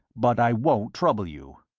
but i won't trouble you.